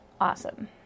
Awesome